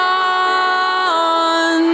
on